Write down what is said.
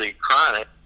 chronic